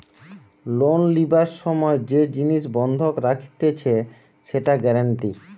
loan লিবার সময় যে জিনিস বন্ধক রাখতিছে সেটা গ্যারান্টি